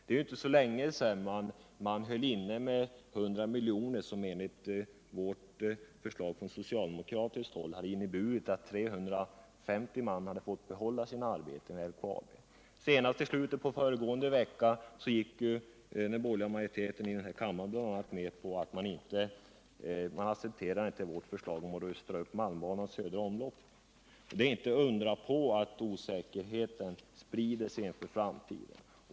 Det är ju inte så länge sedan man höll inne med 100 miljoner, som enligt socialdemokraternas förslag hade inneburit att 350 man hade fått behålla sina arbeten vid LKAB. Och senast i slutet av förra veckan vägrade den borgerliga regeringen i denna kammare att acceptera vårt förslag att rusta upp malmbanans södra omlopp. Det är inte att undra på att osäkerheten om framtiden sprider sig.